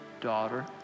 daughter